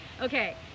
Okay